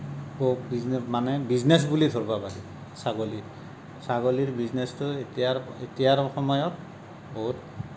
মানে বিজনেছ বুলি ধৰিব পাৰি ছাগলী ছাগলীৰ বিজনেছটো এতিয়াৰ এতিয়াৰ সময়ত বহুত